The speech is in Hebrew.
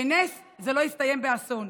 בנס זה לא הסתיים באסון.